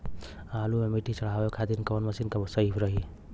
आलू मे मिट्टी चढ़ावे खातिन कवन मशीन सही रही?